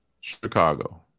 Chicago